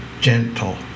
gentle